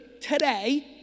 today